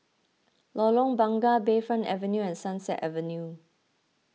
Lorong Bunga Bayfront Avenue and Sunset Avenue